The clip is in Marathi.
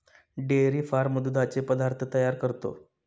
डेअरी फार्म दुधाचे पदार्थ तयार करतो